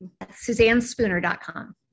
suzannespooner.com